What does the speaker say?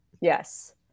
Yes